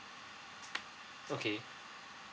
okay